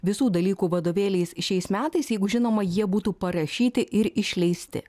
visų dalykų vadovėliais šiais metais jeigu žinoma jie būtų parašyti ir išleisti